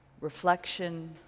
reflection